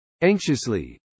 anxiously